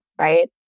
right